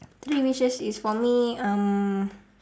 three wishes is for me um